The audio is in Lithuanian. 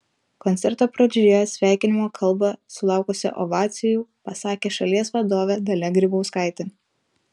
koncerto pradžioje sveikinimo kalbą sulaukusią ovacijų pasakė šalies vadovė dalia grybauskaitė